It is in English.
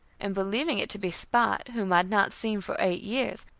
and believing it to be spot, whom i had not seen for eight years,